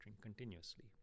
continuously